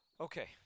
Okay